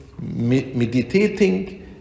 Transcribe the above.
meditating